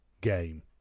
game